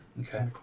Okay